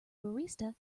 barista